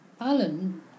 Alan